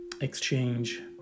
exchange